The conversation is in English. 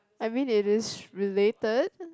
I mean it is related